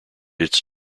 its